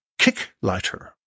Kicklighter